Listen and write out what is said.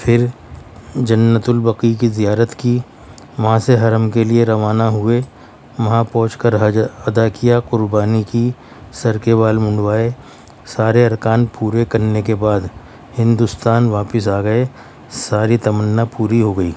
پھر جنت البقیع کی زیارت کی وہاں سے حرم کے لیے روانہ ہوئے وہاں پہنچ کر حج ادا کیا قربانی کی سر کے بال منڈوائے سارے ارکان پورے کرنے کے بعد ہندوستان واپس آ گئے ساری تمنا پوری ہو گئی